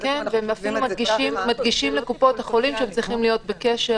ואפילו מדגישים לקופות החולים שהם צריכים להיות בקשר